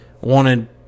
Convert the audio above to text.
wanted